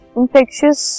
infectious